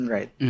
Right